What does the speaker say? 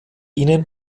ihnen